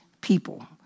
people